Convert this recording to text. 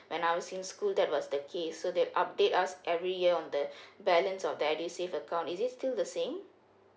when I was in school that was the case so they update us every year on the balance of the edusave account is it still the same